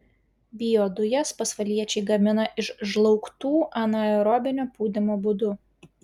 biodujas pasvaliečiai gamina iš žlaugtų anaerobinio pūdymo būdu